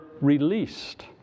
released